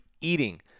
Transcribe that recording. eating